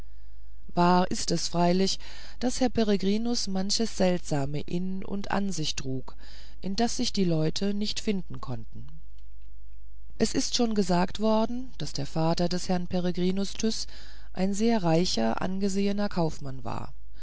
wahr ist es freilich daß herr peregrinus manches seltsame in und an sich trug in das sich die leute nicht finden konnten es ist schon gesagt worden daß der vater des herrn peregrinus tyß ein sehr reicher angesehener kaufmann war